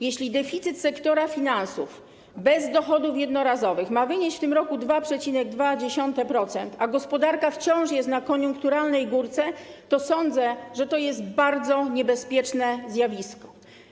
Jeśli deficyt sektora finansów bez dochodów jednorazowych ma wynieść w tym roku 2,2%, a gospodarka wciąż jest na koniunkturalnej górce, to sądzę, że to jest bardzo niebezpieczne zjawisko.